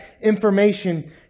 information